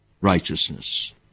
righteousness